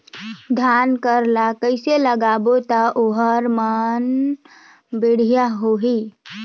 धान कर ला कइसे लगाबो ता ओहार मान बेडिया होही?